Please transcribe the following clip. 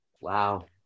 Wow